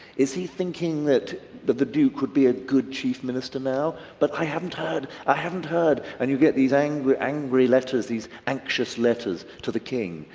is he thinking that that the duke could be a good chief minister? now but i haven't heard i haven't heard and you get these angry angry letters, these anxious letters to the king,